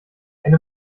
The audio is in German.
eine